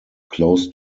close